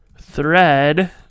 thread